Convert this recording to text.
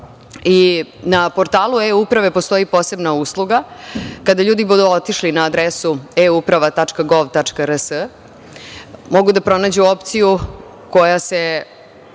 i na portalu eUprave postoji posebna usluga. Kada ljudi budu otišli na adresu „euprava.gov.rs“ mogu da pronađu opciju koja se